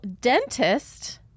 dentist